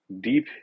deep